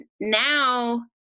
now